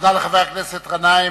תודה לחבר הכנסת גנאים.